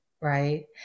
Right